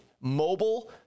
mobile